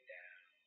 down